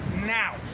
Now